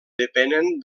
depenen